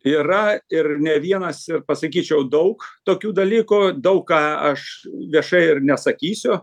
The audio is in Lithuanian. yra ir ne vienas ir pasakyčiau daug tokių dalykų daug ką aš viešai ir nesakysiu